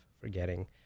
forgetting